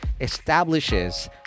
establishes